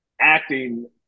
acting